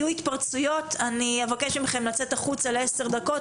אם יהיו התפרצויות אני אבקש מכם לצאת החוצה לעשר דקות,